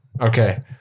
Okay